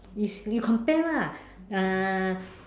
is you compare lah uh